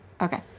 okay